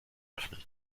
öffnen